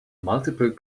multiple